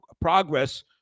progress